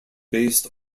based